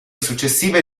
successive